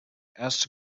erste